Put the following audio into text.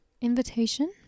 invitation